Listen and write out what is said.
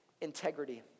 integrity